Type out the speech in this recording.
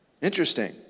Interesting